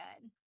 good